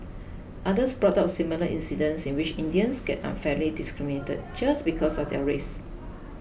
others brought up similar incidents in which Indians got unfairly discriminated just because of their race